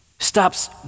stops